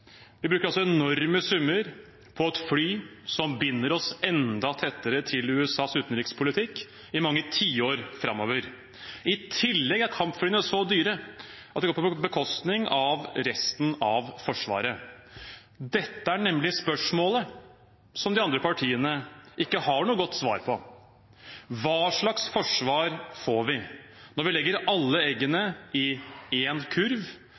Vi bruker enorme summer på et fly som binder oss enda tettere til USAs utenrikspolitikk i mange tiår framover. I tillegg er kampflyene så dyre at det går på bekostning av resten av Forsvaret. Dette er nemlig spørsmålet som de andre partiene ikke har noe godt svar på: Hva slags forsvar får vi når vi legger alle eggene i én kurv,